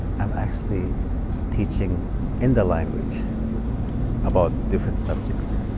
i'm actually teaching in the language about different subjects.